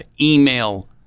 email